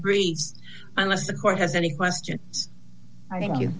green unless the court has any question i think you